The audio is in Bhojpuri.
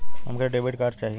हमके डेबिट कार्ड चाही?